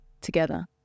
together